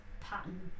pattern